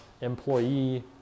employee